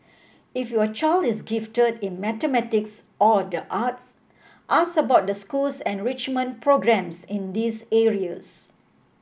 if your child is gifted in mathematics or the arts ask about the school's enrichment programmes in these areas